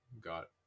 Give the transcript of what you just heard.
got